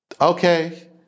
okay